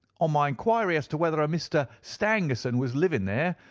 on my enquiry as to whether a mr. stangerson was living there,